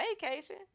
vacation